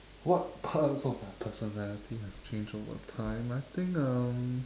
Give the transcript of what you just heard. what parts of my personality have changed over time I think um